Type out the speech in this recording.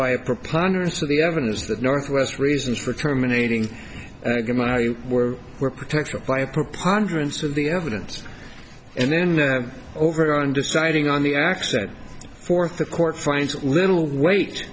by a preponderance of the evidence that northwest reasons for terminating were were protected by a preponderance of the evidence and then over on deciding on the accent fourth the court finds little w